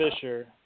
Fisher